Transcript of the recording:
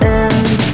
end